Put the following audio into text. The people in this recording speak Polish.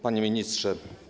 Panie Ministrze!